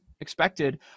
expected